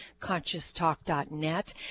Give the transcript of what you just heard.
ConsciousTalk.net